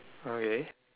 okay